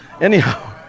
anyhow